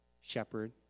shepherd